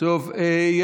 טובות